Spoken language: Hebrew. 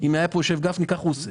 אם היה יושב פה גפני כך הוא היה עושה,